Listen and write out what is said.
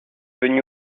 venu